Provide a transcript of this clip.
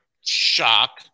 Shock